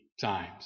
times